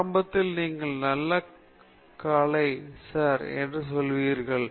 ஆரம்பத்தில் நீங்கள் நல்ல காலை சர் என்று சொல்வீர்கள்